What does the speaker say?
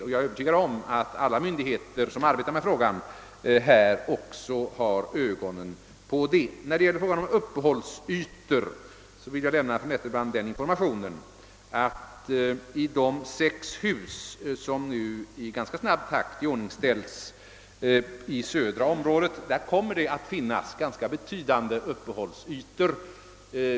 Jag är också övertygad om att alla myndigheter som arbetar med denna fråga har ögonen på den saken. När det gäller frågan om uppehållsytor vill jag lämna fru Nettelbrandt den informationen, att det i de sex hus, som nu i ganska snabb takt iordningställs i södra området, kommer att finnas ganska betydande uppehållsytor.